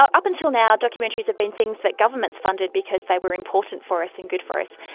ah up until now, documentaries have been things that governments funded because they were important for us and good for us,